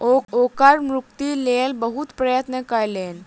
ओ कर मुक्तिक लेल बहुत प्रयत्न कयलैन